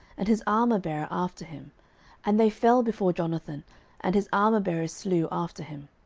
and his armourbearer after him and they fell before jonathan and his armourbearer slew after him.